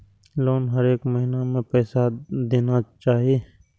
Loan हरेक महीना में पैसा देना चाहि?